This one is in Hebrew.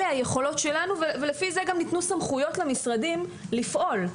אלה היכולות שלנו ולפי זה גם ניתנו סמכויות למשרדים לפעול.